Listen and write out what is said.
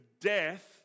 death